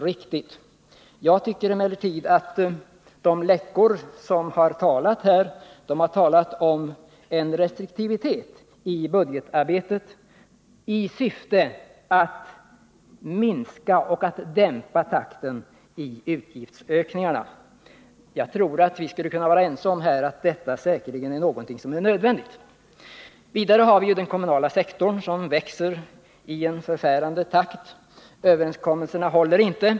Genom de läckor som kommit till uttryck här har det talats om restriktivitet i budgetarbetet i syfte att dämpa takten i utgiftsökningarna. Jag tror att vi skulle kunna vara överens om att detta säkerligen är nödvändigt. Vidare har vi den kommunala sektorn som växer i en alltför hög takt. Överenskommelserna håller inte.